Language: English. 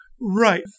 Right